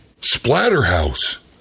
Splatterhouse